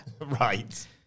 Right